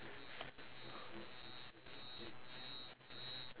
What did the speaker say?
four five six seven eight nine ten eleven twelve